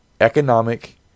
economic